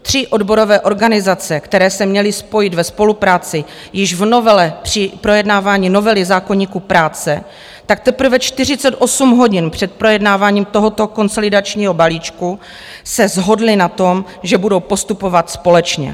Tři odborové organizace, které se měly spojit ve spolupráci již v novele při projednávání novely zákoníku práce, tak teprve 48 hodin před projednáváním tohoto konsolidačního balíčku se shodly na tom, že budou postupovat společně.